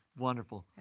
wonderful.